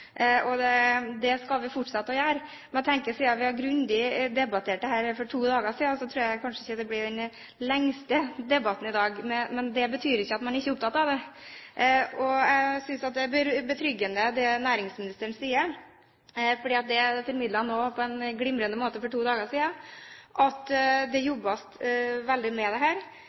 Det skal vi fortsette å ha. Men siden vi debatterte dette grundig for to dager siden, tror jeg kanskje ikke det blir den lengste debatten i dag. Det betyr ikke at man ikke er opptatt av det. Jeg synes det er betryggende at næringsministeren sier, han formidlet det også på en glimrende måte for to dager siden, at det jobbes veldig med dette. Det